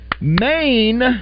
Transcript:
Maine